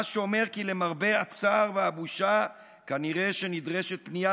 מה שאומר כי למרבה הצער והבושה כנראה שנדרשת פנייה